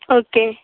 okay